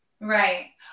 right